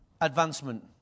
advancement